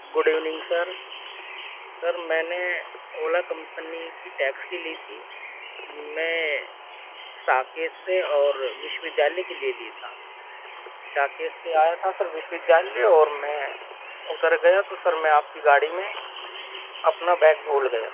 good evening sir sir میں نے Ola company کی ٹیکسی لی تھی میں ساکیت سے اور وشو ودھیالیہ کے لیے لیا تھا ساکیت سے آیا تھا سر وشو ودھیالیہ اور میں اتر گیا تو سر میں آپ کی گاڑی میں اپنا بیگ بھول گیا